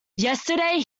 yesterday